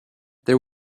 there